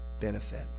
benefit